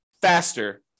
faster